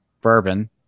bourbon